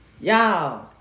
Y'all